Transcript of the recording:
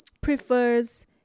prefers